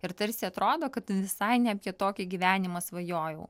ir tarsi atrodo kad visai ne apie tokį gyvenimą svajojau